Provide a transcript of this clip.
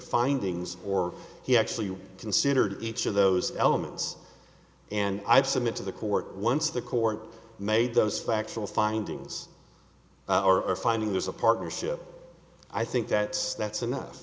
findings or he actually considered each of those elements and i'd submit to the court once the court made those factual findings are finding there's a partnership i think that that's enough